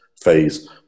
phase